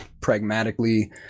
pragmatically